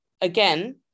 again